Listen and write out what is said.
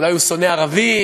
אולי הוא שונא ערבים,